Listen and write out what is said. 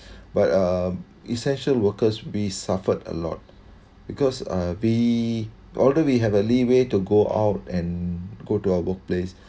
but um essential workers we suffered a lot because uh be although we have a leeway to go out and go to our workplace